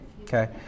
Okay